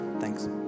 Thanks